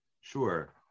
Sure